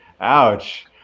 Ouch